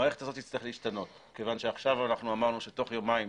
המערכת הזאת תצטרך להשתנות כיוון שעכשיו אמרנו שתוך יומיים